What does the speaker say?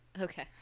Okay